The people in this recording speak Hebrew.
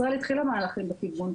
ישראל התחילה מהלכים בכיוון.